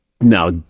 Now